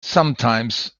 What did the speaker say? sometimes